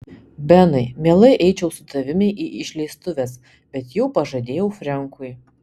benai mielai eičiau su tavimi į išleistuves bet jau pažadėjau frenkui